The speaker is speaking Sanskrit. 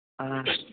हा